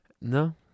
No